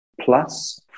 PLUS